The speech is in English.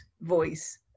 voice